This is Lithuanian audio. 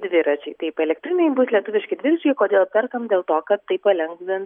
dviračiai taip elektriniai bus lietuviški dviračiai kodėl perkam dėl to kad tai palengvins